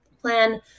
plan